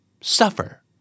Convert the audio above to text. suffer